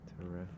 Terrific